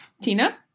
Tina